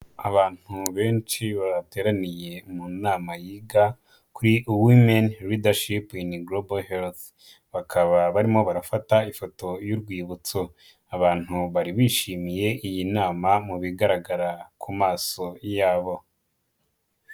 Abantu benshi bateraniye mu nama yiga kuri Women Leadership in Global Health, bakaba barimo barafata ifoto y'urwibutso. Abantu bari bishimiye iyi nama mu bigaragara ku maso yabo.